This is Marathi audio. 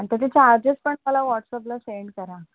आणि त्याचे चार्जेस पण मला वॉटसअपला सेंड करा